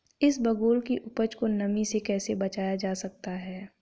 इसबगोल की उपज को नमी से कैसे बचाया जा सकता है?